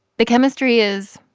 the chemistry is,